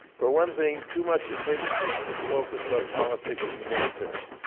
for one thing, too much attention has been focused on politics in the military,